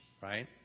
right